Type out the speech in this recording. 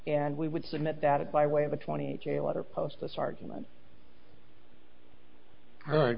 and we would submit that by way of a twenty eight jail letter post this argument